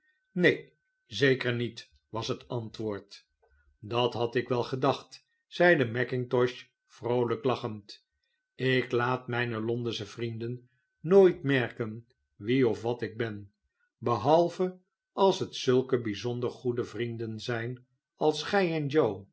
neen zeker niet was het antwoord dat had ik wel gedacht zeide mackintosh vroolijk lachend ik laat mijne londensche vrienden nooit merken wie of wat ik ben behalve als het zulke bijzonder goede vrienden zijn als gij en